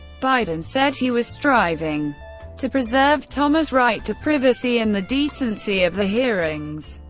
biden said he was striving to preserve thomas's right to privacy and the decency of the hearings.